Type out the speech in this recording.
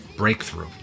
Breakthrough